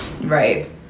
right